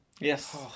Yes